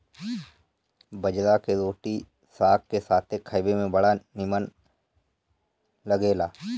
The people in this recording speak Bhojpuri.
बजरा के रोटी साग के साथे खाए में बड़ा निमन लागेला